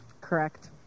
Correct